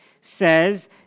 says